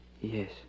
Yes